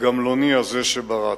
הגמלוני הזה, שבראת,